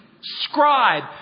scribe